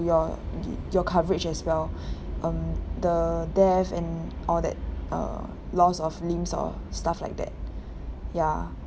your your coverage as well um the death and all that uh loss of limbs or stuff like that ya